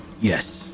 Yes